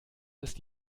ist